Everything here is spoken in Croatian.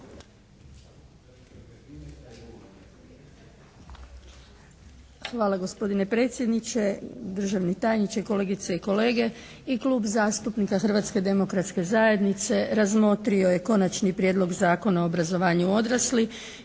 Hvala gospodine predsjedniče, državni tajniče, kolegice i kolege. I Klub zastupnika Hrvatske demokratske zajednice razmotrio je Konačni prijedlog Zakona o obrazovanju odraslih